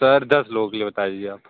sir दस लोग के लिए बता दीजिए आप